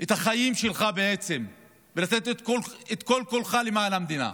את החיים שלך בעצם, ולתת את כל-כולך למען המדינה.